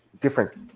different